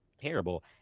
terrible